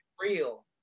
real